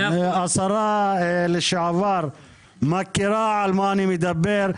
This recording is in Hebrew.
השרה לשעבר יודעת על מה אני מדבר.